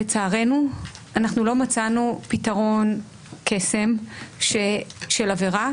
לצערנו אנחנו לא מצאנו פתרון קסם של עבירה